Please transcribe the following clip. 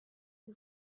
who